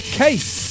case